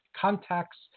Contacts